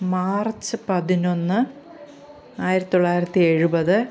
March പതിനൊന്ന് ആയിരത്തി തൊള്ളായിരത്തി എഴുപത്